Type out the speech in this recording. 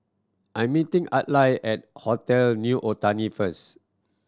I'm meeting Adlai at Hotel New Otani first